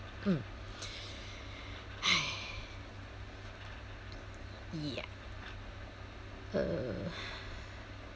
mm ya uh